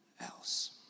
else